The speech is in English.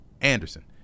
Anderson